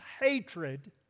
hatred